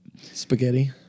Spaghetti